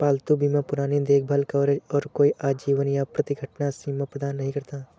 पालतू बीमा पुरानी देखभाल कवरेज और कोई आजीवन या प्रति घटना सीमा प्रदान नहीं करता